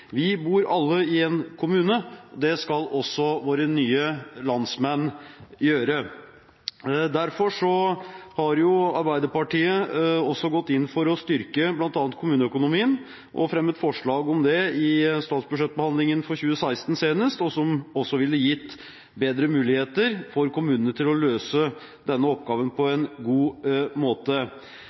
Vi bor alle i en kommune, og det skal også våre nye landsmenn gjøre. Derfor har Arbeiderpartiet også gått inn for å styrke bl.a. kommuneøkonomien og fremmet forslag om det senest i statsbudsjettbehandlingen for 2016, noe som også ville gitt bedre muligheter for kommunene til å løse denne oppgaven på en god måte.